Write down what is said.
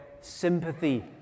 sympathy